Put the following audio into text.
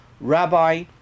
rabbi